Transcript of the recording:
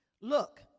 look